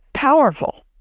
Powerful